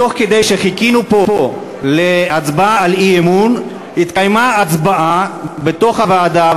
תוך כדי שחיכינו פה להצבעה על האי-אמון התקיימה הצבעה בתוך הוועדה,